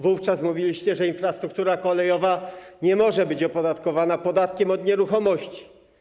Wówczas mówiliście, że infrastruktura kolejowa nie może być opodatkowana podatkiem od nieruchomości.